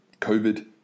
COVID